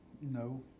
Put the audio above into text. no